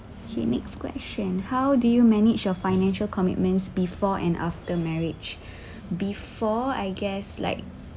okay next question how do you manage your financial commitments before and after marriage before I guess like